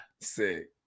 sick